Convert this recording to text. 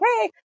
Hey